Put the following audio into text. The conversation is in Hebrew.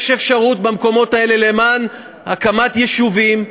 יש אפשרות במקומות האלה, למען הקמת יישובים,